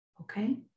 Okay